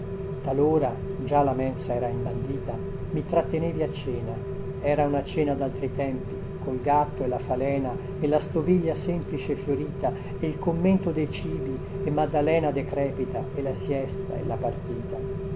talora già la mensa era imbandita mi trattenevi a cena era una cena daltri tempi col gatto e la falena e la stoviglia semplice e fiorita e il commento dei cibi e maddalena decrepita e la siesta e la partita